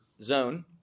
zone